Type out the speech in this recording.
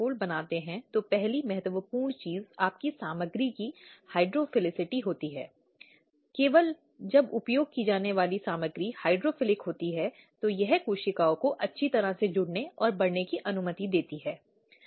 यह बहुत महत्वपूर्ण है कि शुरू से ही शिकायत की शुरुआत के साथ एक फाइल होनी चाहिए जो कि वहां बनाए रखी गई है जो कि वहां मौजूद शिकायत की गोपनीय फाइल होनी चाहिए